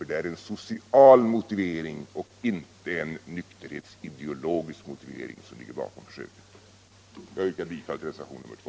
Det är en social motivering och icke en nykterhetsideologisk motivering som ligger bakom detta försök. Jag yrkar bifall till reservation nr 2.